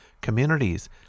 communities